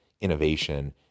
innovation